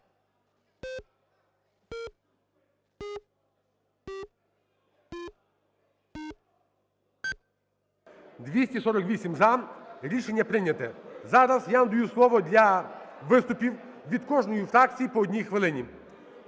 За-248 Рішення прийняте. Зараз я надаю слово для виступів від кожної фракції по 1 хвилині.